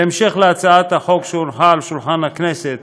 בהמשך להצעת החוק שהונחה על שולחן הכנסת